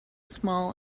small